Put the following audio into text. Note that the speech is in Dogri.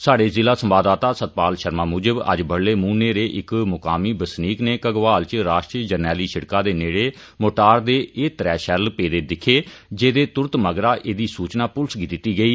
स्हाड़े जिला संवाददाता सतपाल शर्मा मुजब अज्ज बड्डलै मुंह न्हेरे इक मुकामी बसनीक नै घग्वाल च राष्ट्री जरनैली सिड़कै दे नेड़े मोर्टार दे एह् त्रै शैल्ल पेदे दिक्खे जेहदे तुरत मगरा एह्दी सूचना पुलस गी दित्ती गेई